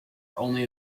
only